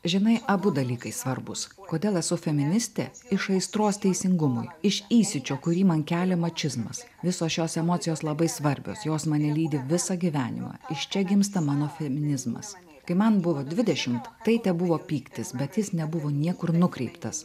žinai abu dalykai svarbūs kodėl esu feministė iš aistros teisingumui iš įsiūčio kurį man kelia mačizmas visos šios emocijos labai svarbios jos mane lydi visą gyvenimą iš čia gimsta mano feminizmas kai man buvo dvidešimt tai tebuvo pyktis bet jis nebuvo niekur nukreiptas